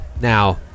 Now